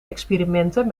experimenten